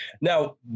Now